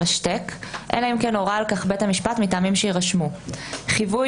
"השתק" אלא אם כן הורה על כך בית המשפט מטעמים שיירשמו; חיווי